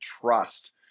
trust